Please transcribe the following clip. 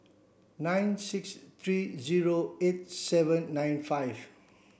nine six three zero eight seven nine five